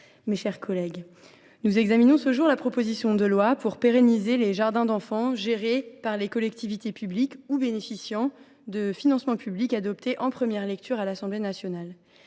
mes chers collègues, nous examinons ce jour la proposition de loi visant à pérenniser les jardins d’enfants gérés par une collectivité publique ou bénéficiant de financements publics, adoptée en première lecture à l’Assemblée nationale.